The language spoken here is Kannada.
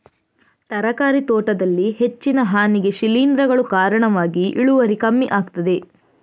ತರಕಾರಿ ತೋಟದಲ್ಲಿ ಹೆಚ್ಚಿನ ಹಾನಿಗೆ ಶಿಲೀಂಧ್ರಗಳು ಕಾರಣವಾಗಿ ಇಳುವರಿ ಕಮ್ಮಿ ಆಗ್ತದೆ